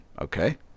okay